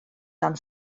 dan